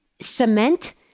cement